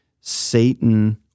Satan